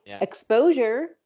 exposure